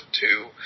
two